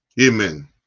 Amen